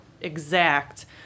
exact